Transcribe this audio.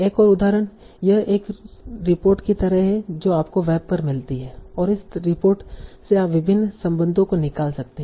एक और उदाहरण यह एक रिपोर्ट की तरह है जो आपको वेब पर मिलती है और इस रिपोर्ट से आप विभिन्न संबंधों को निकाल सकते हैं